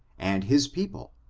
and his people,